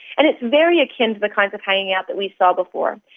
and it's very akin to the kinds of hanging out that we saw before.